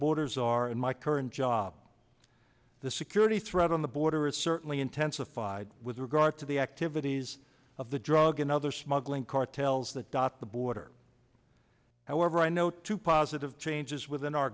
borders are in my current job the security threat on the border is certainly intensified with regard to the activities of the drug another smuggling cartels that dot the border however i know two positive changes within our